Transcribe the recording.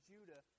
Judah